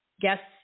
guests